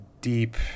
deep